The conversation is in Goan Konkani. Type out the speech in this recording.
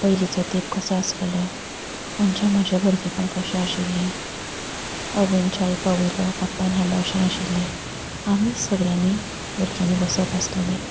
पयलीचो तेप कसो आसलेलो म्हणजे म्हजें भुरगेंपण कशें आशिल्लें आवयन शाळेंत पावयलो बापायन हाडलो अशें नाशिल्लें आमी सगल्यांनी भुरग्यांनी वचप आशिल्लें